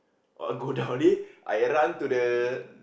all go down already I run to the